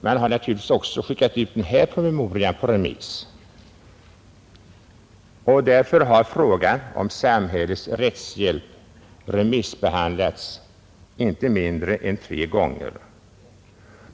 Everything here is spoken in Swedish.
Man har givetvis också skickat ut den här promemorian på remiss, och därmed har frågan om samhällets rättshjälp remissbehandlats inte mindre än tre gånger.